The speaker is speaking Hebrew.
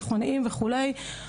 בתי הספר התיכוניים וכולי.